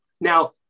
Now